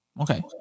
Okay